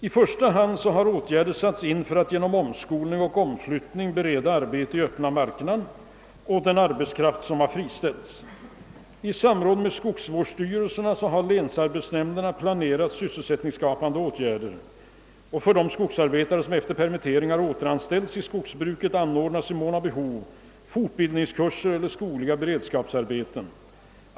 I första hand har åtgärder satts in för att genom omskolning och omflyttning bereda arbete i öppna marknaden åt den arbetskraft som friställts. I samråd med skogsvårdsstyrelserna har länsarbetsnämnderna planerat sysselsättningsskapande åtgärder. För de skogsarbetare som efter permittering återanställes i skogsbruket anordnas i mån av behov fortbildningskurser eller skogliga beredskapsarbeten.